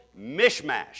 mishmash